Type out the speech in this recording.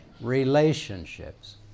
Relationships